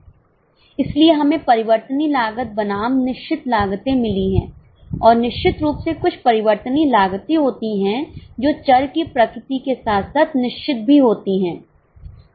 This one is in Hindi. इसलिए हमें परिवर्तनीय लागत बनाम निश्चित लागतें मिली है और निश्चित रूप से कुछ परिवर्तनीय लागतें होती हैं जो चर की प्रकृति के साथ साथ निश्चित भी होती हैं